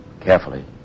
carefully